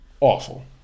Awful